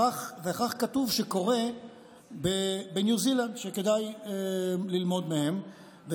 כך כתוב שקורה בניו זילנד, וכדאי ללמוד מהם.